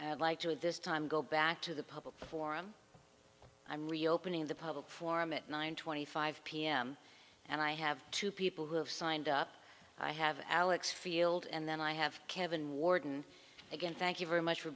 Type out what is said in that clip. i'd like to at this time go back to the public forum i'm reopening the public forum at nine twenty five p m and i have two people who have signed up i have alex field and then i have kevin warden again thank you very much for